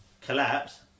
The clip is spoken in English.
collapse